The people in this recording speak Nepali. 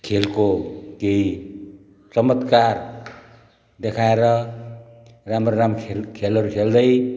खेलको केहि चमत्कार देखाएर राम्रो राम्रो खेल खेलहरू खेल्दै